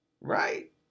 Right